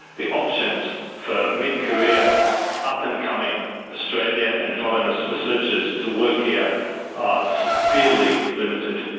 the options for mid-career up-and-coming australian and foreign so researchers to work here are severely limited.